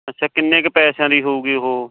ਅੱਛਾ ਕਿੰਨੇ ਕੁ ਪੈਸਿਆਂ ਦੀ ਹੋਊਗੀ ਉਹ